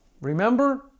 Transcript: remember